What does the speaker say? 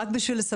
(מקרינה שקף,